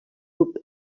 grup